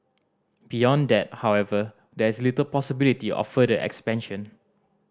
beyond that however there is little possibility of further expansion